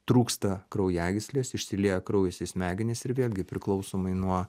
trūksta kraujagyslės išsilieja kraujas į smegenis ir vėlgi priklausomai nuo